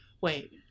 wait